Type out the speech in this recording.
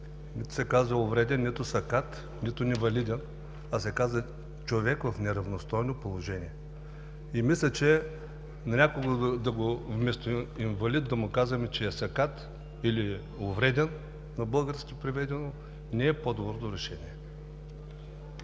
не се казва „увреден“, нито „сакат“, нито „невалиден“, а се казва „човек в неравностойно положение“. Мисля, че на някого вместо инвалид да му казваме, че е сакат или увреден, на български преведено, не е по-доброто решение.